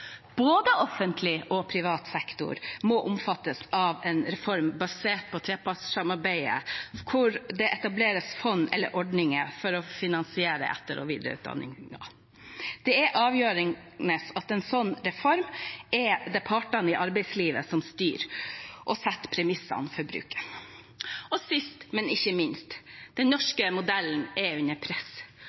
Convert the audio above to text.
Både offentlig og privat sektor må omfattes av en reform basert på trepartssamarbeidet hvor det etableres fond eller ordninger for å finansiere etter- og videreutdanning. Det er avgjørende at i en slik reform er det partene i arbeidslivet som styrer ordningen og setter premissene for bruken. Og sist, men ikke minst: Den norske modellen er under press.